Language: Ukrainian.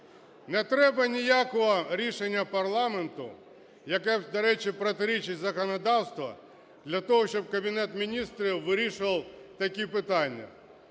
Не треба ніякого рішення парламенту, яке, до речі, протирічить законодавству, для того, щоб Кабінет Міністрів вирішував такі питання.